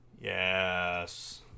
Yes